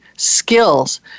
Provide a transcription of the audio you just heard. skills